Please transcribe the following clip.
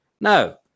No